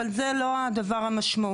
אבל זה לא הדבר המשמעותי.